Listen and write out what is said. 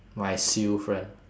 my seal friend